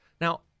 Now